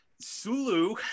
sulu